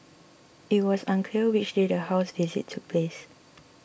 it was unclear which day the house visit took place